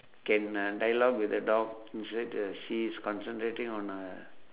can uh dialogue with the dog instead uh she's concentrating on uh